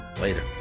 Later